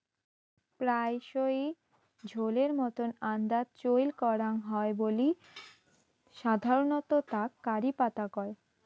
প্রায়শই ঝোলের মতন আন্দাত চইল করাং হই বুলি সাধারণত তাক কারি পাতা কয়